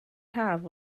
haf